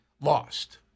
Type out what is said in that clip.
lost